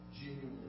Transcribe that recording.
genuinely